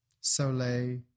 Soleil